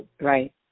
Right